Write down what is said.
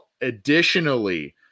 Additionally